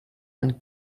and